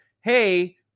hey